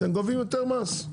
אתם גובים יותר מס.